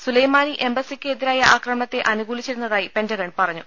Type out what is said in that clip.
സുലൈമാനി എംബസിക്ക് എതി രായ ആക്രമണത്തെ അനുകൂലിച്ചിരുന്നതായി പെന്റഗൺ പറഞ്ഞു